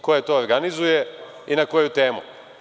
Ko je organizuje i na koju temu?